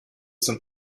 zum